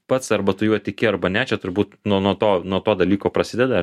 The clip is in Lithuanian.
pats arba tu juo tiki arba ne čia turbūt nuo nuo to nuo to dalyko prasideda